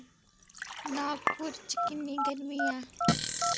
नागपुर च किन्नी गर्मी ऐ